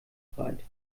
breit